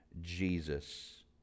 jesus